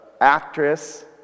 actress